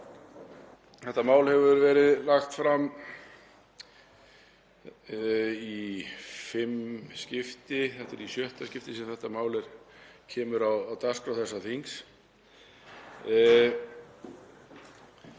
Þetta mál hefur verið lagt fram í fimm skipti og þetta er í sjötta skipti sem það kemur á dagskrá þingsins.